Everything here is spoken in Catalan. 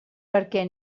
perquè